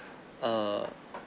a